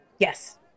Yes